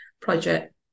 project